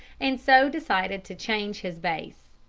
and so decided to change his base.